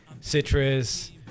Citrus